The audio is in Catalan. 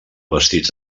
vestits